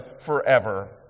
forever